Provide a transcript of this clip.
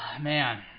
man